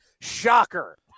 Shocker